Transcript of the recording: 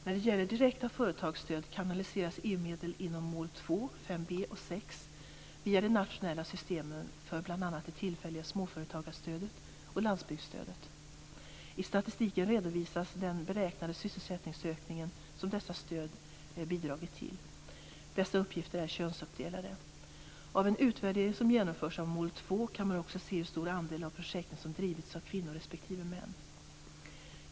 När det gäller direkta företagsstöd kanaliseras EU-medel inom målen 2, 5b och 6 via de nationella systemen för bl.a. det tillfälliga småföretagarstödet och landsbygdsstödet. I statistiken redovisas den beräknade sysselsättningsökning som dessa stöd bidragit till. Dessa uppgifter är könsuppdelade. Av en utvärdering som genomförts av mål 2 kan man också se hur stor andel av projekten som drivs av kvinnor respektive män.